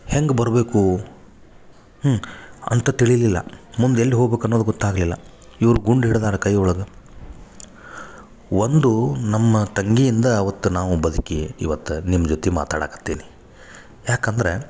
ಹೆಂಗೆ ಬರಬೇಕು ಹ್ಞೂ ಅಂತ ತಿಳಿಲಿಲ್ಲ ಮುಂದೆ ಎಲ್ಲಿ ಹೋಗ್ಬೇಕು ಅನ್ನೋದು ಗೊತ್ತಾಗಲಿಲ್ಲ ಇವರು ಗುಂಡು ಹಿಡ್ದಾರ ಕೈ ಒಳ್ಗ ಒಂದು ನಮ್ಮ ತಂಗಿಯಿಂದ ಅವತ್ತು ನಾವು ಬದುಕಿ ಇವತ್ತು ನಿಮ್ಮ ಜೊತೆ ಮಾತಾಡಕತ್ತೇನಿ ಯಾಕಂದ್ರೆ